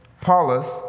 Paulus